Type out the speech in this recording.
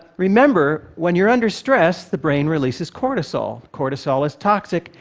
remember, when you're under stress, the brain releases cortisol. cortisol is toxic,